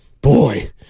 Boy